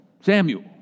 Samuel